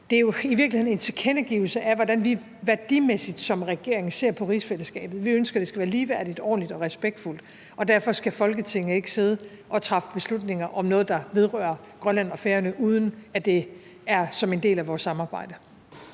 det er jo i virkeligheden en tilkendegivelse af, hvordan vi værdimæssigt som regering ser på rigsfællesskabet. Vi ønsker, at det skal være ligeværdigt, ordentligt og respektfuldt, og derfor skal Folketinget ikke sidde og træffe beslutninger om noget, der vedrører Grønland og Færøerne, uden at det er som en del af vores samarbejde.